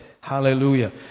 Hallelujah